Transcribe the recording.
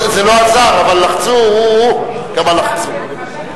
זה לא עזר, אבל לחצו, כמה לחצו.